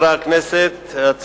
כנסת נכבדה,